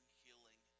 healing